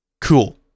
Cool